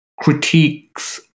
critiques